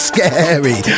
Scary